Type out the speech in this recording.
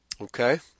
okay